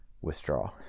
withdraw